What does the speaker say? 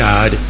God